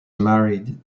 married